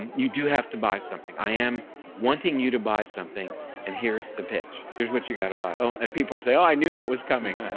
and you do have to buy something. i am wanting you to buy something and here's the pitch. here's what you got to buy. and people are saying oh, i knew that was coming.